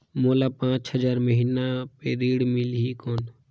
मोला पांच हजार महीना पे ऋण मिलही कौन?